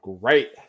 Great